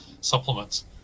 supplements